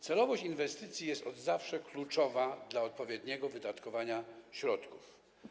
Celowość inwestycji od zawsze jest kluczowa dla odpowiedniego wydatkowania środków.